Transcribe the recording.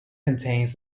contains